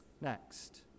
Next